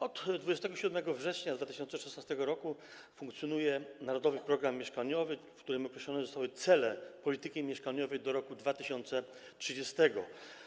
Od 27 września 2016 r. funkcjonuje „Narodowy program mieszkaniowy”, w którym określone zostały cele polityki mieszkaniowej do roku 2030.